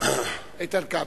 איתן כבל.